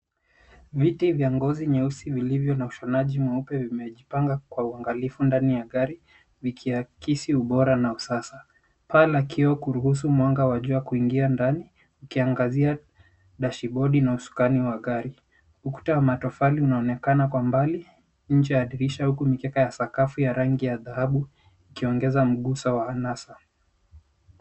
Viti vya ngozi nyeusi vilivyo na ushonaji mweupe vimejipanga kwa uangalifu ndani ya gari, vikiakisi ubora na usasa. Paa la kioo kuruhusu mwanga wa jua kuingia ndani ,ukiangazia dashi bodi na usukani wa gari. Ukuta wa matofali unaonekana kwa mbali, nje ya dirisha huku mikeka ya sakafu ya rangi ya dhahabu, ikiongeza mguso wa anasa.